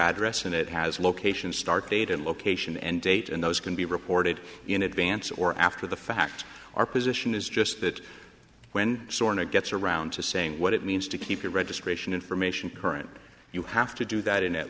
address and it has location start date and location and date and those can be reported in advance or after the fact our position is just that when sort of gets around to saying what it means to keep your registration information current you have to do that in at